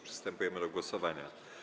Przystępujemy do głosowania.